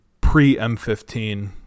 pre-M15